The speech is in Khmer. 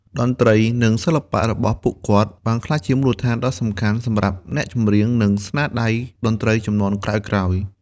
តន្ត្រី និងសិល្បៈរបស់ពួកគាត់ បានក្លាយជាមូលដ្ឋានដ៏សំខាន់សម្រាប់អ្នកចម្រៀង និងស្នាដៃតន្ត្រីជំនាន់ក្រោយៗ។